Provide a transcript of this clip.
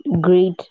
great